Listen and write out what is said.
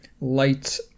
light